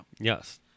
Yes